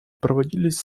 проводились